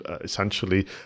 essentially